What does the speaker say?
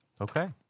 Okay